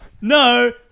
No